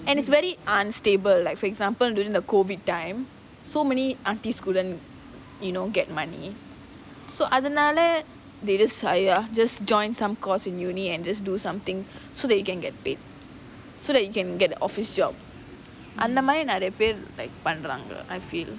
and it's very unstable like for example during the COVID time so many artists couldn't you know get money so அதுனால:athunaala they just !aiya! just join some course in university and just do something so they can get paid so they can get a office job அந்த மாரி நிறைய பேரு பண்றாங்க:antha maari niraiya peru pandraanga I feel